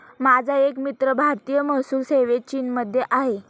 माझा एक मित्र भारतीय महसूल सेवेत चीनमध्ये आहे